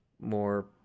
more